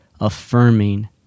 affirming